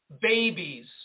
Babies